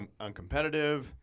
uncompetitive